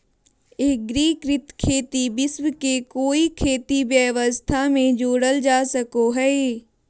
एग्रिकृत खेती विश्व के कोई खेती व्यवस्था में जोड़ल जा सको हइ